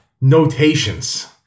notations